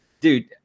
dude